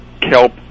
Kelp